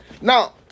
Now